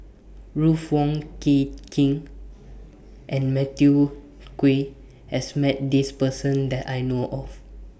Ruth Wong Hie King and Matthew Ngui has Met This Person that I know of